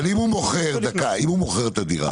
אבל אם הוא מוכר, דקה, אם הוא מוכר את הדירה.